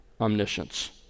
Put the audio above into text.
omniscience